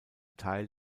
teil